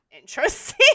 interesting